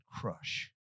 crush